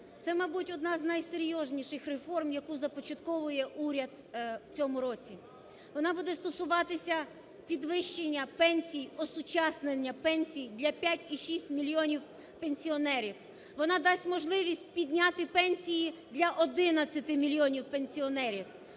це, мабуть, одна з найсерйозніших реформ, яку започатковує уряд в цьому році. Вона буде стосуватися підвищення пенсій, осучаснення пенсій для 5,6 мільйонів пенсіонерів. Вона дасть можливість підняти пенсії для 11 мільйонів пенсіонерів.